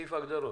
ההגדרות.